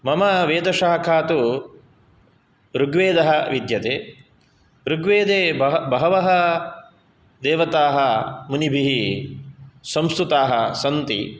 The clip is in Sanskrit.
मम वेदशाखा तु ऋग्वेदः विद्यते ऋग्वेदे बह बहवः देवताः मुनिभिः संस्तुताः सन्ति